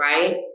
right